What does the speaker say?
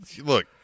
look